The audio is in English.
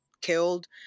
killed